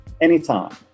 anytime